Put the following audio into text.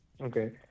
Okay